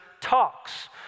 talks